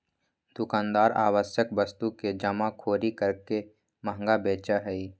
दुकानदार आवश्यक वस्तु के जमाखोरी करके महंगा बेचा हई